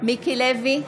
מיקי לוי,